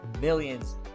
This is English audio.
millions